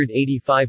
£185